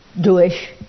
Jewish